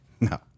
no